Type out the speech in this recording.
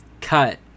cut